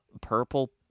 purple